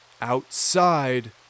outside